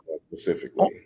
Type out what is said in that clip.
specifically